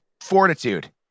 fortitude